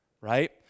right